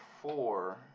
four